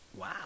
Wow